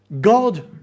God